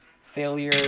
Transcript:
Failure